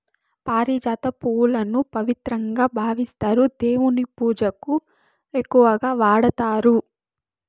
పారిజాత పువ్వులను పవిత్రంగా భావిస్తారు, దేవుని పూజకు ఎక్కువగా వాడతారు